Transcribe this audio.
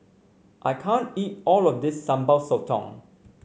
I can't eat all of this Sambal Sotong